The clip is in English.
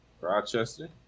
Rochester